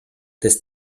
des